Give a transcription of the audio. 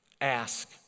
ask